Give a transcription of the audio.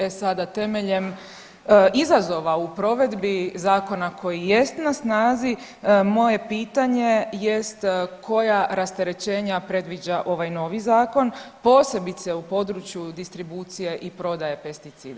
E sada temeljem izazova u provedbi Zakona koji jest na snazi moje pitanje jest koja rasterećenja predviđa ovaj novi zakon posebice u području distribucija i prodaje pesticida?